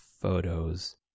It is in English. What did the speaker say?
photos